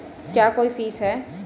क्या कोई फीस है?